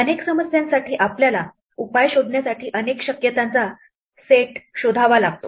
अनेक समस्यांसाठी आपल्याला उपाय शोधण्यासाठी अनेक सेट ऑफ पासबिलिटी शोधावा लागतो